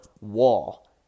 wall